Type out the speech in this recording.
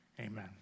amen